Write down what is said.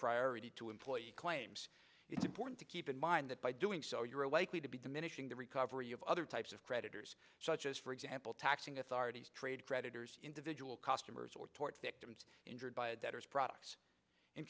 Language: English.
priority to employees claims it's important to keep in mind that by doing so you're likely to be diminishing the recovery of other types of creditors such as for example taxing authorities trade creditors individual customers or tort victims injured by a debtors product in